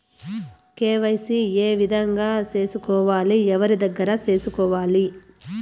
KYC ఏ విధంగా సేసుకోవాలి? ఎవరి దగ్గర సేసుకోవాలి?